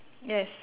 yes